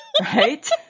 right